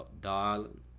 Darling